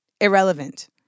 Irrelevant